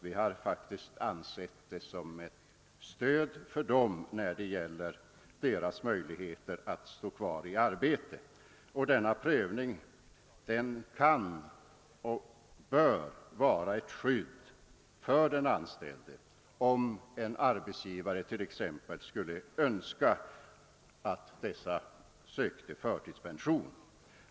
Vi har betraktat denna prövning som ett stöd för vederbörande när det gäller deras möjligheter att stå kvar i arbetet. Den medicinska pröv ningen kan och bör vara ett skydd för den anställde, om en arbetsgivare t.ex. skulle önska att den anställde söker förtidspension.